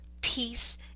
Peace